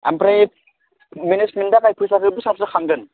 ओमफ्राय मेनेजमेन्टनि थाखाय फैसाखौ बेसेबांसो खांगोन